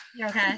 okay